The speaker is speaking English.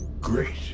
Great